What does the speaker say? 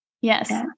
Yes